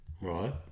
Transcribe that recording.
right